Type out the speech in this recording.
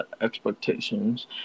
expectations